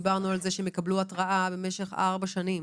דיברנו על כך שהם יקבלו התראה למשך 4 שנים.